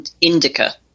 indica